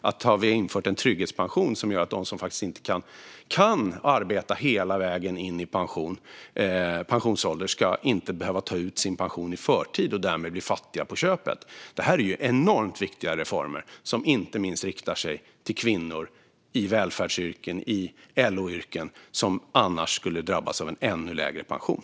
Hade vi infört en trygghetspension hade det gjort att de som faktiskt inte kan arbeta hela vägen fram till pensionsåldern inte behöver ta ut sin pension i förtid och därmed bli fattiga på köpet. Detta är enormt viktiga reformer som riktar sig inte minst till kvinnor i välfärdsyrken och i LO-yrken som annars skulle drabbas av en ännu lägre pension.